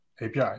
API